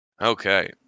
okay